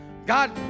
God